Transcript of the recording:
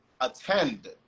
attend